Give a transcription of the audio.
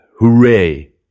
Hooray